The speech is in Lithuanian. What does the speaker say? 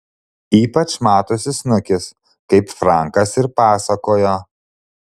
ypač matosi snukis kaip frankas ir pasakojo